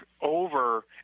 over